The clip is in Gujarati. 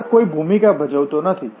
પાથ કોઈ ભૂમિકા ભજવતો નથી